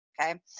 Okay